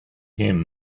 him